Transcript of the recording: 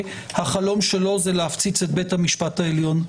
שהחלום שלו זה להפציץ את בית המשפט העליון.